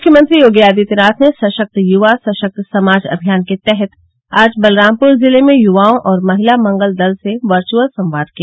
मुख्यमंत्री योगी आदित्यनाथ ने सशक्त युवा सशक्त समाज अभियान के तहत आज बलरामपुर जिले में युवाओं और महिला मंगल दल से वर्वुअल संवाद किया